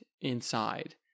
inside